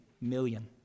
million